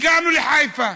הגענו לחיפה.